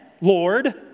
Lord